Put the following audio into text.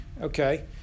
okay